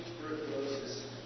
tuberculosis